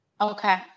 Okay